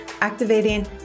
activating